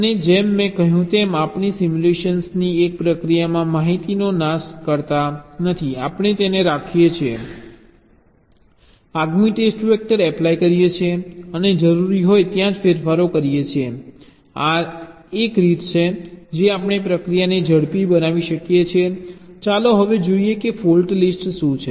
અને જેમ મેં કહ્યું તેમ આપણે સિમ્યુલેશનની એક પ્રક્રિયામાં માહિતીનો નાશ કરતા નથી આપણે તેને રાખીએ છીએ આગામી ટેસ્ટ વેક્ટર એપ્લાય કરીએ છીએ અને જરૂરી હોય ત્યાં જ ફેરફારો કરીએ છીએ આ એક રીત છે જે આપણે પ્રક્રિયાને ઝડપી બનાવી શકીએ છીએ ચાલો હવે જોઈએ કે ફોલ્ટ લિસ્ટ શું છે